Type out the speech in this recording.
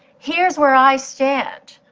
here's where i stand.